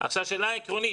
שאלה עקרונית,